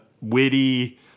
witty